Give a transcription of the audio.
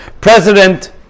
President